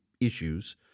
issues